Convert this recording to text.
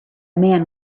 man